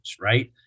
Right